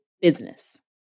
business